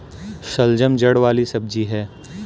शलजम जड़ वाली सब्जी है